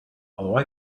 although